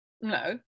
no